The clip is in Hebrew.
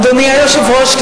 אדוני היושב-ראש,